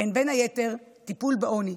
הן בין היתר טיפול בעוני,